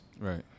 Right